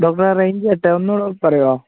ഡോക്ടറെ റേയ്ഞ്ച് കട്ടായി ഒന്നുകൂടെ പറയുമോ